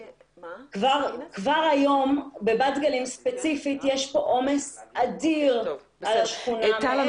כבר היום בבת גלים ספציפית יש עומס אדיר על השכונה.